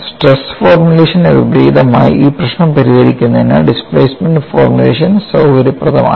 stress ഫോർമുലേഷന് വിപരീതമായി ഈ പ്രശ്നം പരിഹരിക്കുന്നതിന് ഡിസ്പ്ലേസ്മെന്റ് ഫോർമുലേഷൻ സൌകര്യപ്രദമാണ്